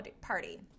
party